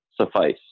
suffice